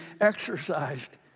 exercised